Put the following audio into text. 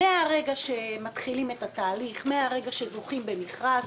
שמהרגע שמתחילים את התהליך וזוכים במכרז,